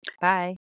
Bye